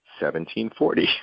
1740